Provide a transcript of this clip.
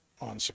on